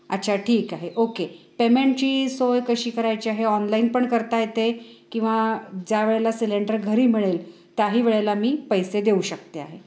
अच्छा ठीक आहे ओके पेमेंटची सोय कशी करायची आहे ऑनलाईन पण करता येते किंवा ज्या वेळेला सिलेंडर घरी मिळेल त्याही वेळेला मी पैसे देऊ शकते आहे